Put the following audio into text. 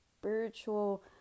spiritual